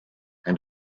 and